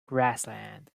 grassland